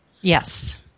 Yes